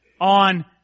on